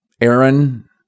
Aaron